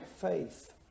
faith